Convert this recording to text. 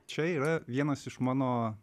čia yra vienas iš mano